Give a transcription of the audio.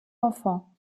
enfants